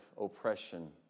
oppression